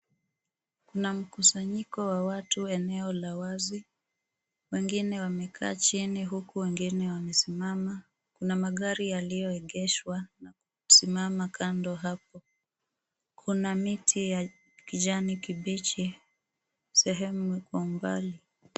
Kuna mkusanyiko wa watu eneo la wazi. Wengine wamekaa chini huku wengine wamesimama. Kuna magari yaliyoegeshwa na kusimama kando hapo. Kuna miti ya kijani kibichi, sehemu ya mbali.